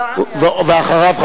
ואחריו,